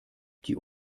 die